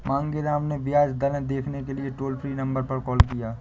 मांगेराम ने ब्याज दरें देखने के लिए टोल फ्री नंबर पर कॉल किया